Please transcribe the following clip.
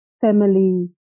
family